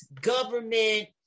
government